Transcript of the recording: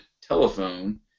telephone